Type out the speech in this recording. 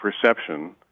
perception